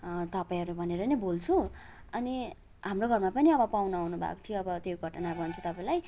तपाईँहरू भनेर नै बोल्छु अनि हाम्रो घरमा पनि अब पाहुना आउनुभएको थियो अब त्यो घटनाहरू भन्छु तपाईँलाई